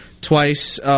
twice